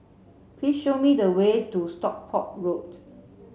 please show me the way to Stockport Road